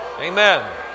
Amen